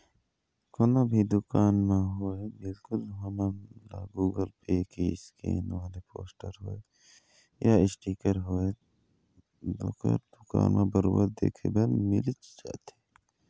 कोनो भी दुकान म होवय बिल्कुल हमन ल गुगल पे के स्केन वाले पोस्टर होवय या इसटिकर होवय ओखर दुकान म बरोबर देखे बर मिलिच जाथे